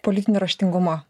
politinio raštingumo